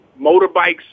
motorbikes